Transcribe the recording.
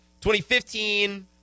2015